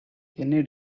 kenney